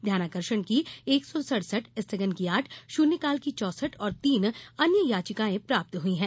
ध्यानाकर्षण की एक सौ सड़सठ स्थगन की आठ शून्यकाल की चौसठ और तीन अन्य याचिकायें प्राप्त हुई हैं